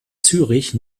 zürich